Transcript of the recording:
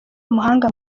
umuhanga